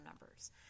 numbers